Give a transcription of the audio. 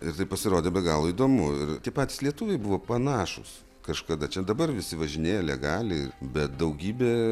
ir tai pasirodė be galo įdomu ir patys lietuviai buvo panašūs kažkada čia dabar visi važinėja legaliai bet daugybė